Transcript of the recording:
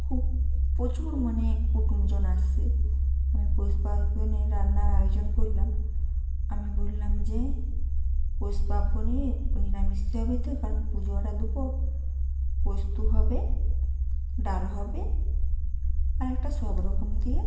খুব প্রচুর মানে কুটুমজন আসে আমি পৌষ পার্বণে রান্নার আয়োজন করলাম আমি বললাম যে পৌষ পার্বণে নিরামিষ যাবে তো কারণ পুজোআরা দেবো পোস্ত হবে ডাল হবে আর একটা সব রকম দিয়ে